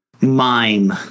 mime